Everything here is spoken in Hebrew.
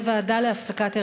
ועדה להפסקת היריון.